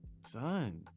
son